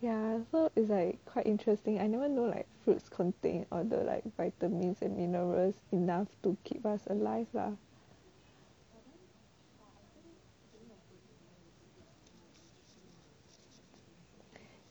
ya so is like quite interesting I never know like fruits contain all the like vitamins and minerals enough to keep us alive lah